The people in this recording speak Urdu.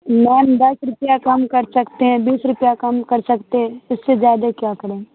میم دس روپیہ کم کر سکتے ہیں بیس روپیہ کم کر سکتے اس سے جیادہ کیا کڑیں